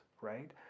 right